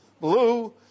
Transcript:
blue